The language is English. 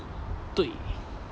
对